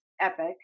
EPIC